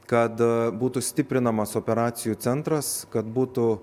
kad būtų stiprinamas operacijų centras kad būtų